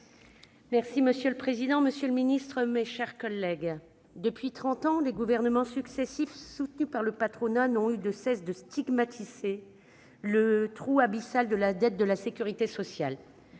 Monsieur le président, monsieur le secrétaire d'État, mes chers collègues, depuis trente ans, les gouvernements successifs soutenus par le patronat n'ont eu de cesse de stigmatiser le « trou abyssal de la dette de la sécurité sociale